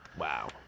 Wow